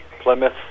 Plymouth